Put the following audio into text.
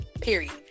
Period